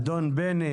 אדון בני